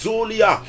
Zulia